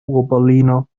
urberliner